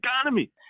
economy